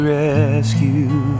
rescue